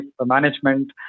management